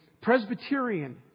Presbyterian